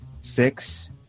six